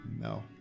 No